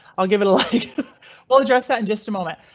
i'll give it a little while. address that in just a moment.